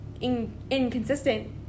inconsistent